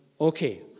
Okay